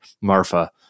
Marfa